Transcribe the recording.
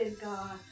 God